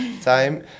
time